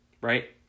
right